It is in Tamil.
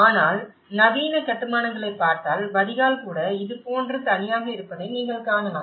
ஆனால் நவீன கட்டுமானங்களைப் பார்த்தால் வடிகால் கூட இதுபோன்று தனியாக இருப்பதை நீங்கள் காணலாம்